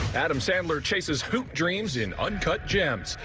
adam sandler chases hoop dreams in uncut gems,